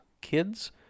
kids